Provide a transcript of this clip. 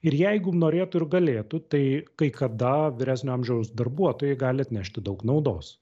ir jeigu norėtų ir galėtų tai kai kada vyresnio amžiaus darbuotojai gali atnešti daug naudos